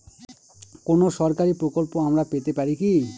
কোন সরকারি প্রকল্প আমরা পেতে পারি কি?